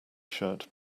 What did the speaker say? shirt